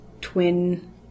twin